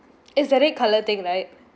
is the red color thing right